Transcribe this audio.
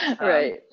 Right